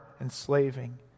enslaving